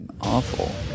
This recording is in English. Awful